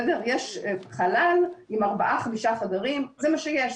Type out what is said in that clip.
יש חלל עם ארבעה-חמישה חדרים, זה מה שיש.